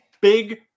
big